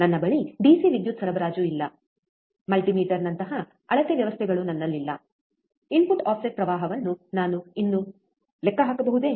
ನನ್ನ ಬಳಿ ಡಿಸಿ ವಿದ್ಯುತ್ ಸರಬರಾಜು ಇಲ್ಲ ಮಲ್ಟಿಮೀಟರ್ನಂತಹ ಅಳತೆ ವ್ಯವಸ್ಥೆಗಳು ನನ್ನಲ್ಲಿಲ್ಲ ಇನ್ಪುಟ್ ಆಫ್ಸೆಟ್ ಪ್ರವಾಹವನ್ನು ನಾನು ಇನ್ನೂ ಲೆಕ್ಕಹಾಕಬಹುದೇ